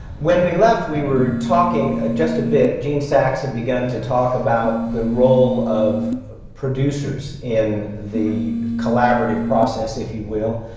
when we left, we were talking just a bit gene sake had begun to talk about the role of producers in the collaborative process, if you will.